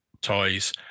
toys